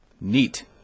Neat